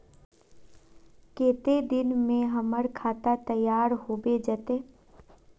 केते दिन में हमर खाता तैयार होबे जते?